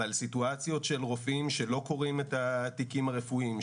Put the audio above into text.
אבל סיטואציות של רופאים שלא קוראים את התיקים הרפואיים,